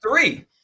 three